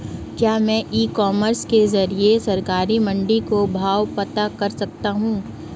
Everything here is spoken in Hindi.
क्या मैं ई कॉमर्स के ज़रिए सरकारी मंडी के भाव पता कर सकता हूँ?